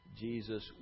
Jesus